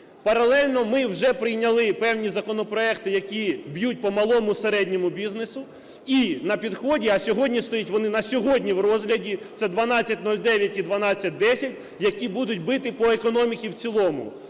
Паралельно ми вже прийняли певні законопроекти, які б'ють по малому, середньому бізнесу, і на підході, а сьогодні стоять, вони на сьогодні в розгляді (це 1209 і 1210), які будуть бити по економіці в цілому,